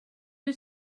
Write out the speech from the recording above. wyt